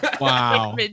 Wow